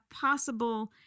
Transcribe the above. possible